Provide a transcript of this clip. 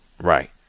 Right